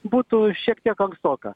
būtų šiek tiek ankstoka